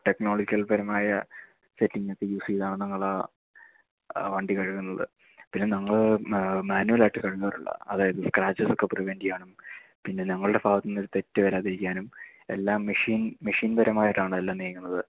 ടെക്നോളജിക്കൽപരമായ സെറ്റിങ്ങൊക്കെ യൂസ് ചെയ്താണ് ഞങ്ങള് വണ്ടി കഴുകുന്നത് പിന്നെ ഞങ്ങള് മാനുവലായിട്ട് കഴുകാറില്ല അതായത് സ്ക്രാച്ചസൊക്കെ പ്രിവൻ്റ് ചെയ്യാനും പിന്നെ ഞങ്ങളുടെ ഭാഗത്തുനിന്നൊരു തെറ്റ് വരാതിരിക്കാനും എല്ലാം മെഷിൻ മെഷിൻപരമായിട്ടാണ് എല്ലാം നീങ്ങുന്നത്